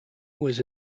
was